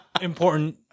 important